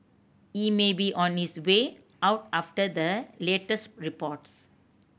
he may be on his way out after the latest reports